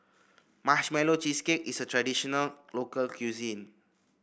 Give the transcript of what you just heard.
Marshmallow Cheesecake is a traditional local cuisine